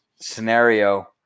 scenario